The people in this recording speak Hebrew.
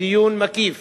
דיון מקיף